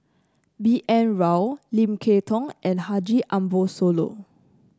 B N Rao Lim Kay Tong and Haji Ambo Sooloh